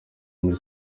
muri